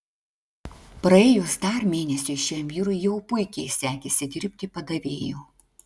praėjus dar mėnesiui šiam vyrui jau puikiai sekėsi dirbti padavėju